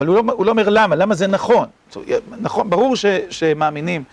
אבל הוא לא אומר למה, למה זה נכון. נכון, ברור שמאמינים.